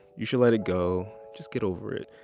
you should let it go, just get over it,